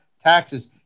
taxes